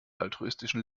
altruistischen